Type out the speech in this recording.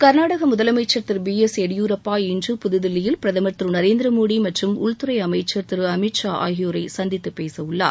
கா்நாடக முதலமைச்சர் திரு B S Yediyurappa இன்று புதுதில்லியில் பிரதமர் திரு நரேந்திர மோடி மற்றும் உள்துறை அமைச்சர் திரு அமித் ஷா ஆகியோரை சந்தித்து பேசவுள்ளார்